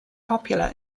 popular